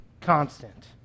constant